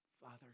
Father